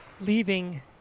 leaving